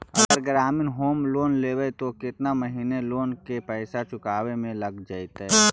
अगर ग्रामीण home loan लेबै त केतना महिना लोन के पैसा चुकावे में लग जैतै?